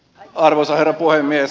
arvoisa herra puhemies